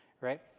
right